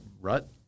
rut